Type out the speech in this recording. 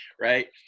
right